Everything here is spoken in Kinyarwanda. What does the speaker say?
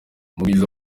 mugwiza